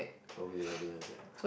okay ya don't have that